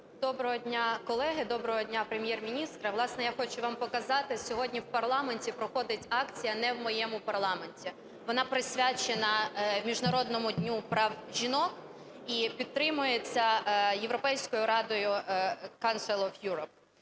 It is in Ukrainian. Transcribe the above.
Доброго дня, колеги. Доброго дня, Прем'єр-міністр. Власне, я хочу вам показати, сьогодні в парламенті проходить акція "Не в моєму парламенті". Вона присвячена Міжнародному дню прав жінок, і підтримується Європейською радою Council of Europe.